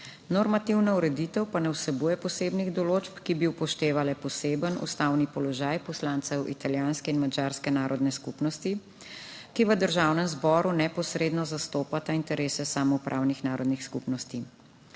Normativna ureditev pa ne vsebuje posebnih določb, ki bi upoštevale poseben ustavni položaj poslancev italijanske in madžarske narodne skupnosti, ki v Državnem zboru neposredno zastopata interese samoupravnih narodnih skupnosti.